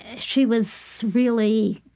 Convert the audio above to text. ah she was really